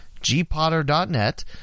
Gpotter.net